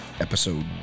episode